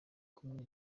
kumwe